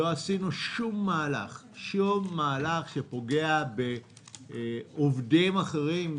לא עשינו שום מהלך שפוגע בעובדים אחרים.